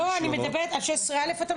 לא, אתה מדבר על סעיף 16(א)?